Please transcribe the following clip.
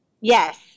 Yes